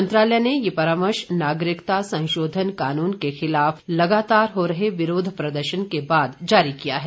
मंत्रालय ने यह परामर्श नागरिकता संशोधन कानून के खिलाफ लगातार हो रहे विरोध प्रदर्शन के बाद जारी किया है